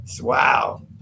Wow